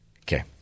Okay